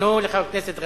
תנו לחבר הכנסת גנאים,